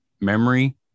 memory